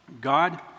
God